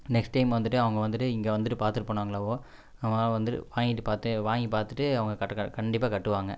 next time வந்துட்டு அவங்க வந்துட்டு இங்கே வந்துட்டு பார்த்துட்டு போனாங்களாவோ அவங்களாம் வந்துட்டு வாங்கிட்டு பார்த்து வாங்கி பார்த்துட்டு அவங்க கட்ட கா கண்டிப்பாக கட்டுவாங்க